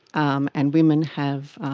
um and women have